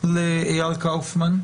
לאייל קאופמן,